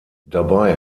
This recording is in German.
dabei